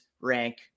rank